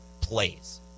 plays